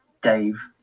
Dave